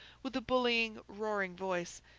with a bullying, roaring voice,